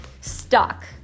stuck